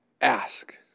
Ask